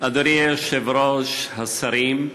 אדוני היושב-ראש, השרים,